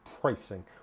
pricing